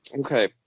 Okay